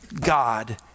God